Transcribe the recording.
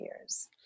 years